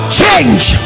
change